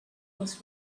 was